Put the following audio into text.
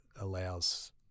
allows